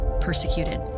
persecuted